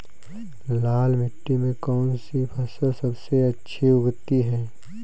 लाल मिट्टी में कौन सी फसल सबसे अच्छी उगती है?